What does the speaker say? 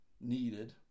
needed